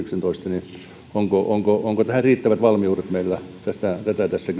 vuoden kaksituhattayhdeksäntoista jälkimmäisellä puoliskolla tähän riittävät valmiudet tätä tässä